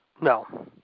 No